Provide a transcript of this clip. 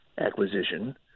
acquisition